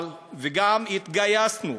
התגייסנו,